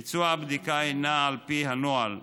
ביצוע הבדיקה הינו על פי הנוהל,